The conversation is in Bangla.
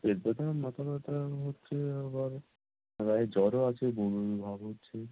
পেট ব্যথা আর মাথা ব্যথা হচ্ছে আবার গায়ে জ্বরও আছে বমি বমি ভাব হচ্ছে